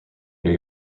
new